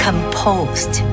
Composed